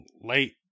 late